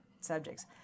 subjects